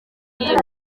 iyi